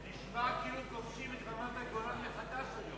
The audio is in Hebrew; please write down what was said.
זה נשמע כאילו כובשים את רמת-הגולן מחדש.